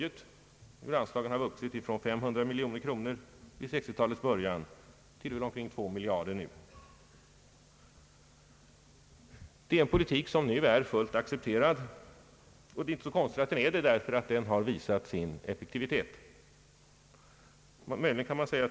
den ekonomiska politiken, m.m. get se hur anslagen för ändamålet har vuxit från 500 miljoner kronor vid 1960-talets början till omkring 2 miljarder kronor nu. Det är en politik som nu är fullt accepterad, och det är inte konstigt att så är fallet, eftersom den har visat sin effektivitet.